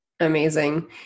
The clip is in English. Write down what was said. Amazing